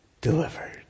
delivered